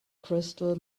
crystal